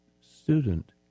student